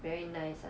very nice ah